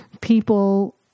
people